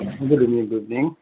good evening good evening